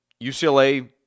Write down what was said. UCLA